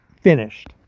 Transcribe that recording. finished